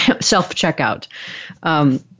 self-checkout